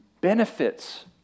benefits